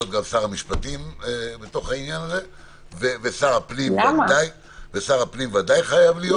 גם שר המשפטים בתוך העניין הזה ושר הפנים גם ודאי חייב להיות.